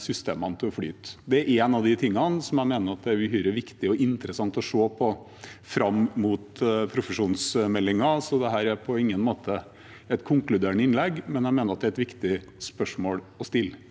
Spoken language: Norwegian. systemene til å flyte. Det er en av de tingene jeg mener det er uhyre viktig og interessant å se på fram mot profesjonsmeldingen, så dette er på ingen måte et konkluderende innlegg, men jeg mener det er et viktig spørsmål å stille.